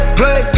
play